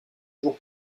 jours